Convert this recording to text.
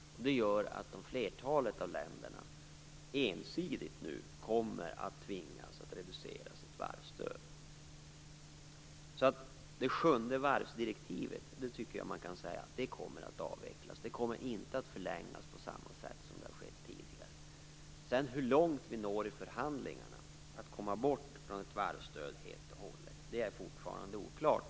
Det gör att flertalet av dessa länder nu ensidigt kommer att tvingas reducera sitt varvsstöd. Man kan alltså säga att det sjunde varvsdirektivet kommer att avvecklas. Det kommer inte att förlängas på samma sätt som har skett tidigare. Hur långt vi når i förhandlingarna för att komma bort helt och hållet från varvsstöd är fortfarande oklart.